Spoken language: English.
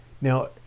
Now